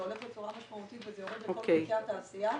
זה הולך בצורה משמעותית וזה יורד לכל חלקי התעשייה.